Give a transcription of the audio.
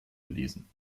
gelesen